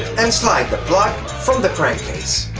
and slide the plug from the crank case.